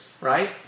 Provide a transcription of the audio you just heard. right